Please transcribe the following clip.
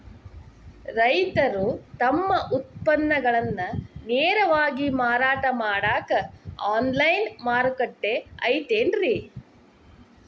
ರೈತರು ತಮ್ಮ ಉತ್ಪನ್ನಗಳನ್ನ ನೇರವಾಗಿ ಮಾರಾಟ ಮಾಡಾಕ ಆನ್ಲೈನ್ ಮಾರುಕಟ್ಟೆ ಐತೇನ್ರಿ?